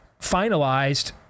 finalized